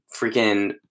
freaking